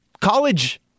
college